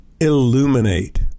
illuminate